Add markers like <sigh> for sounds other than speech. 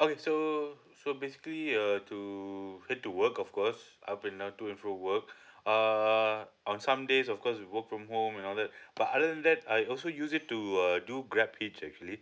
okay so so basically uh to <laughs> to work of course I've been out to and through work uh on some days of course we work from home and all that but other than that I also use it to uh do grab hitch actually